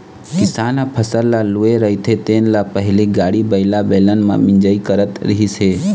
किसान ह फसल ल लूए रहिथे तेन ल पहिली गाड़ी बइला, बेलन म मिंजई करत रिहिस हे